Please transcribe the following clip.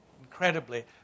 incredibly